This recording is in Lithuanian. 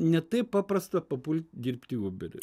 ne taip paprasta papult dirbti į uberį